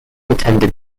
attended